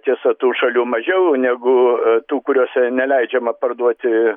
tiesa tų šalių mažiau negu tų kuriose neleidžiama parduoti